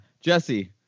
Jesse